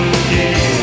again